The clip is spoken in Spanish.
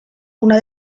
una